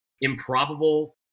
improbable